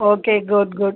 okay good good